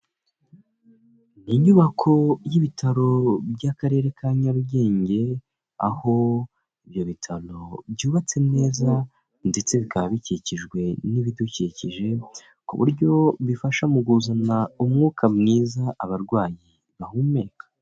Inyubako y'ibitaro by'akarere ka Nyarugenge aho ibyo bitaro byubatse neza ndetse bikaba bikikijwe n'ibidukikije, ku buryo bifasha mu kuzana umwuka mwiza abarwayi bahumeka.